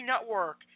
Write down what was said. Network